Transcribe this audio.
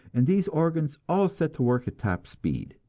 and these organs all set to work at top speed.